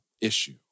issue